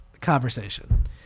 conversation